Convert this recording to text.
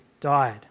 died